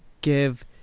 give –